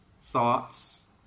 thoughts